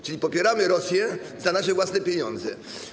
Czyli popieramy Rosję za nasze własne pieniądze.